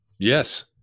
Yes